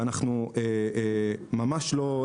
אנחנו ממש מוטרדים,